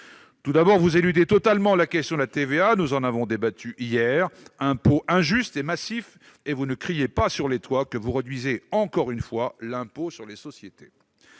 Tout d'abord, vous éludez totalement la question de la TVA- nous en avons débattu hier -, impôt injuste et massif, et vous ne criez pas sur les toits que vous réduisez, encore une fois, l'impôt sur les sociétés.